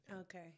okay